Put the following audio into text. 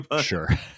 Sure